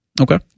Okay